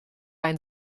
ein